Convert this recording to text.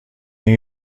این